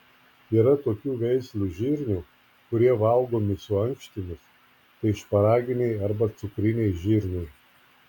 yra tokių veislių žirnių kurie valgomi su ankštimis tai šparaginiai arba cukriniai žirniai